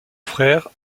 frère